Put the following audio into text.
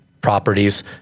properties